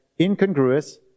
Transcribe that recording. incongruous